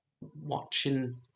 watching